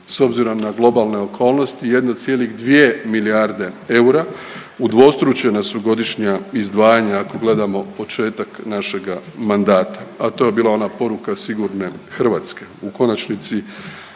s obzirom na globalne okolnosti, 1,2 milijarde eura, udvostručena su godišnja izdvajanja ako gledamo početak našega mandata, a to je bila ona poruka „Sigurne Hrvatske“. U konačnici